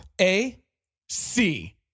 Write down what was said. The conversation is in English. A-C